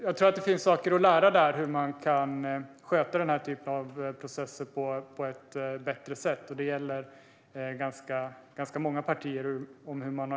Jag tror att det finns saker att lära där om hur man kan sköta den här typen av processer på ett bättre sätt, och det gäller ganska många partier.